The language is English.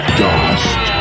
dust